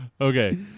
Okay